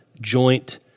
joint